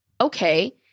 Okay